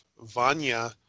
Vanya